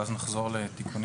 ואז נחזור לתיקונים